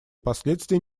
последствия